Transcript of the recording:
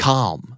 Calm